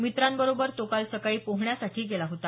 मित्रांबरोबर तो काल सकाळी पोहण्यासाठी गेला होता